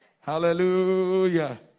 Hallelujah